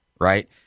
right